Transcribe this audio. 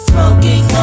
Smoking